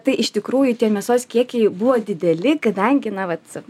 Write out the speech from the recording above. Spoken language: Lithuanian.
tai iš tikrųjų tie mėsos kiekiai buvo dideli kadangi na vat